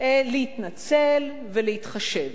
להתנצל ולהתחשב.